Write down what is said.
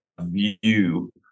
view